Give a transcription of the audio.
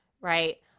Right